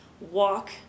walk